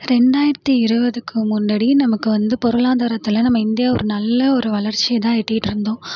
ரெண்டாயிரத்தி இருபதுக்கு முன்னாடி நமக்கு வந்து பொருளாதாரத்தில் நம்ம இந்தியா ஒரு நல்ல ஒரு வளர்ச்சியை தான் எட்டிட்டு இருந்தோம்